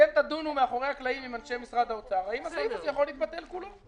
אתם תדונו מאחורי הקלעים עם אנשי משרד האוצר אם הסעיף יכול להתבטל כולו.